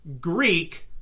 Greek